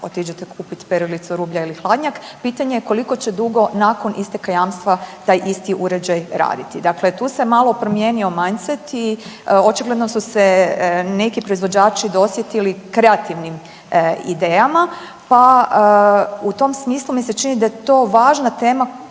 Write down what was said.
otiđete kupiti perilicu rublja ili hladnjak, pitanje je koliko će dugo nakon isteka jamstva taj isti uređaj raditi. Dakle tu se malo promijenio mindset i očigledno su se neki proizvođači dosjetili kreativnim idejama pa u tom smislu mi se čini da je to važna tema